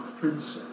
princess